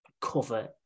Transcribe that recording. cover